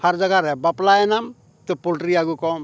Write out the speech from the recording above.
ᱦᱟᱨ ᱡᱟᱭᱜᱟᱨᱮ ᱵᱟᱯᱞᱟᱭᱮᱱᱟᱢ ᱛᱚ ᱯᱚᱞᱴᱨᱤ ᱟᱹᱜᱩ ᱠᱚᱢ